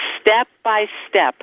step-by-step